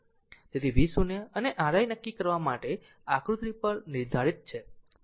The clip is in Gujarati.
તેથી v0 અને r i નક્કી કરવા માટે આકૃતિ પર નિર્ધારિત છે